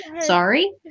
Sorry